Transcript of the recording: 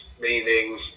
Meaning